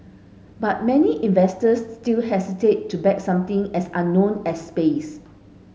but many investors still hesitate to back something as unknown as space